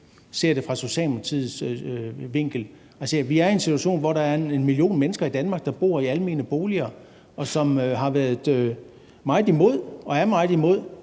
ser det fra Socialdemokratiets vinkel? Altså, vi er i en situation, hvor der er 1 million mennesker i Danmark, som bor i almene boliger, og som har været og er meget imod